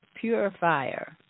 purifier